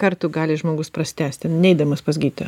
kartų gali žmogus prasitęsti neidamas pas gydytoją